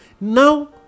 Now